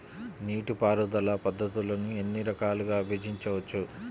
నీటిపారుదల పద్ధతులను ఎన్ని రకాలుగా విభజించవచ్చు?